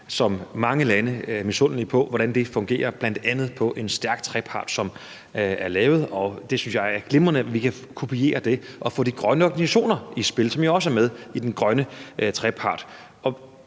som mange lande er misundelige på, hvordan det fungerer, bl.a. på en stærk trepart, som er lavet. Det synes jeg er glimrende. Vi kan kopiere det og få de grønne organisationer i spil, som jo også er med i den grønne trepart.